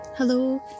Hello